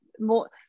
more